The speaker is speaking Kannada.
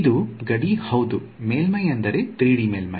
ಇದು ಗಡಿ ಹೌದು ಮೇಲ್ಮೈ ಅಂದರೆ 3D ಮೇಲ್ಮೈ